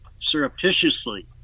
surreptitiously